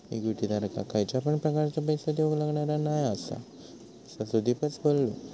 equity धारकाक खयच्या पण प्रकारचो पैसो देऊक लागणार नाय हा, असा सुदीपच बोललो